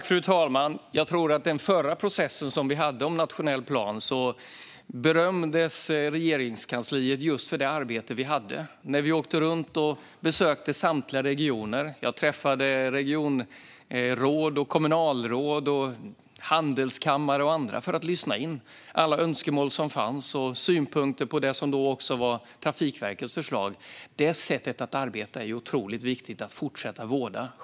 Fru talman! När det gäller den förra processen om nationell plan berömdes vi i Regeringskansliet för vårt arbete. Vi åkte runt och besökte samtliga regioner. Jag träffade regionråd, kommunalråd, handelskammare och andra för att lyssna in alla önskemål och synpunkter på det som då var Trafikverkets förslag. Detta sätt att arbeta är otroligt viktigt att fortsätta vårda.